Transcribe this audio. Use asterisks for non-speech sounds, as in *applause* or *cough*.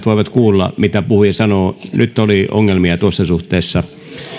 *unintelligible* voivat kuulla mitä puhuja sanoo nyt oli ongelmia tuossa suhteessa